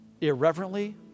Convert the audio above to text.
irreverently